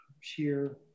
sheer